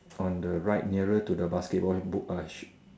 on the right nearer to the basketball and book ah shit